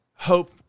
hope